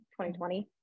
2020